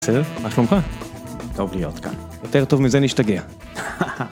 בסדר? מה שלומך? טוב להיות כאן. יותר טוב מזה נשתגע.